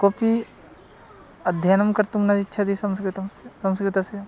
कोपि अध्ययनं कर्तुं न इच्छति संस्कृतंस्य संस्कृतस्य